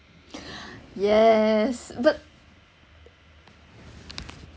yes but